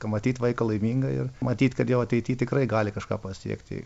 pamatyt vaiką laimingą ir matyt kad jau ateity tikrai gali kažką pasiekti